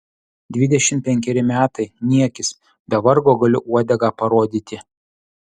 dvidešimt penkeri metai niekis be vargo galiu uodegą parodyti